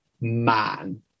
man